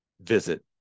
visit